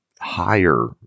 higher